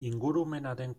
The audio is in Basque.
ingurumenaren